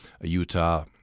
Utah